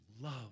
love